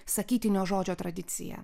sakytinio žodžio tradiciją